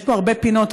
יש פה הרבה פינות,